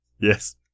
Yes